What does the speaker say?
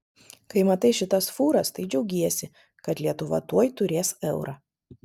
kai matai šitas fūras tai džiaugiesi kad lietuva tuoj turės eurą